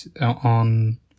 on